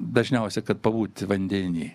dažniausiai kad pabūti vandeny